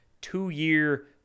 two-year